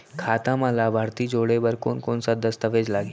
खाता म लाभार्थी जोड़े बर कोन कोन स दस्तावेज लागही?